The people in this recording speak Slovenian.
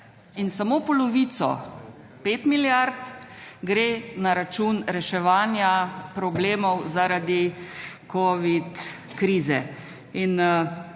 in samo polovico, 5 milijard, gre na račun reševanja problemov zaradi covid krize